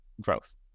growth